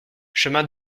chemin